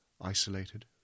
Isolated